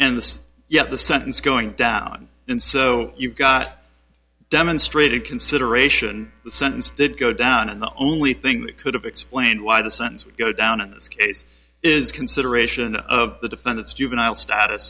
and this yet the sentence going down and so you got demonstrated consideration the sentence did go down and the only thing that could have explained why the son's would go down in this case is consideration of the defendant's juvenile status